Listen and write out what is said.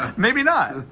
maybe not!